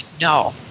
No